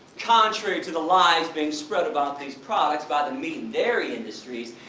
contrary to the lies being spread about these products by the meat and dairy industries.